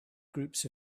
groups